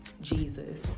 Jesus